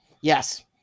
Yes